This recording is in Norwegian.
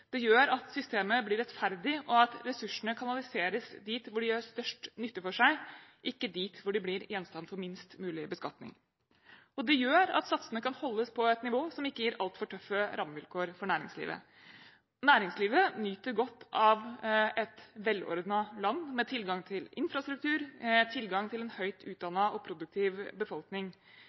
det gjør at systemet blir rettferdig og at ressursene kanaliseres dit hvor de gjør størst nytte for seg, ikke dit hvor de blir gjenstand for minst mulig beskatning. Det gjør at satsene kan holdes på et nivå som ikke gir altfor tøffe rammevilkår for næringslivet. Næringslivet nyter godt av et velordnet land med tilgang til infrastruktur, tilgang til en høyt utdannet og produktiv befolkning.